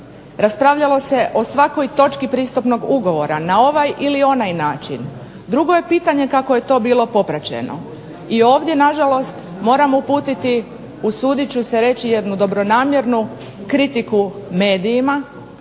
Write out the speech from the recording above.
Raspravljalo se o svakoj točki pristupnog ugovora na ovaj ili na onaj način. Drugo je pitanje kako je to bilo popraćeno. I ovdje na žalost moram uputiti usudit ću se reći jednu dobronamjernu kritiku medijima